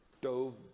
dove